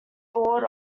board